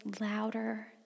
louder